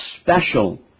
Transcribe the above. special